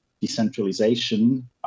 decentralization